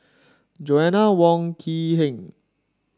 Joanna Wong Quee Heng